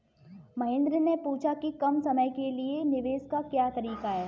महेन्द्र ने पूछा कि कम समय के लिए निवेश का क्या तरीका है?